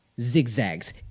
zigzags